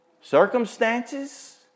circumstances